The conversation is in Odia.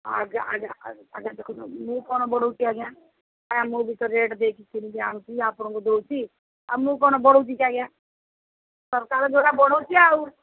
ଆଜ୍ଞା ଆଜ୍ଞା ଆଜ୍ଞା ଆଜ୍ଞା ଦେଖନ୍ତୁ ମୁଁ କ'ଣ ବଢ଼ଉଛି ଆଜ୍ଞା ଆଜ୍ଞା ମୁଁ ବି ତ ରେଟ୍ ଦେଇକି କିଣିକି ଆଣୁଛି ଆପଣଙ୍କୁ ଦେଉଛି ଆଉ ମୁଁ କ'ଣ ବଢ଼ଉଛି ଯେ ଆଜ୍ଞା ସରକାର ଯୋଉଟା ବଢ଼ଉଛି ଆଉ